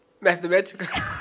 Mathematical